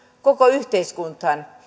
koko yhteiskuntaan